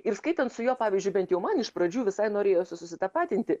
ir skaitant su juo pavyzdžiui bent jau man iš pradžių visai norėjosi susitapatinti